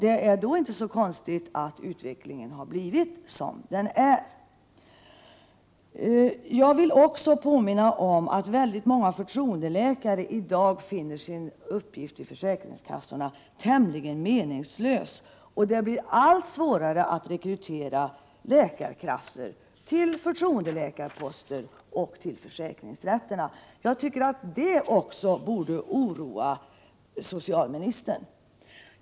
Det är då inte så konstigt att utvecklingen har blivit som den är. Jag vill också påminna om att många förtroendeläkare i dag finner sin uppgift i försäkringskassorna tämligen meningslös. Det blir allt svårare att rekrytera läkarkrafter till förtroendeläkarposter och till försäkringsrätter. Också det borde oroa socialministern.